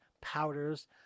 powders